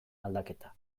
aldaketa